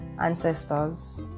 ancestors